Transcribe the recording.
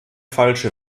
falsche